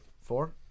Four